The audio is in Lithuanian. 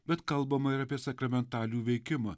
bet kalbama ir apie sakramentalijų veikimą